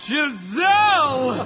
Giselle